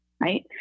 right